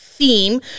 theme